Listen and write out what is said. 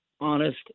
honest